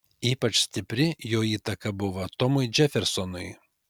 ypač stipri jo įtaka buvo tomui džefersonui